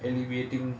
elevating